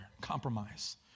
Compromise